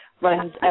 runs